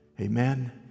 amen